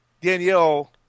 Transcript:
Danielle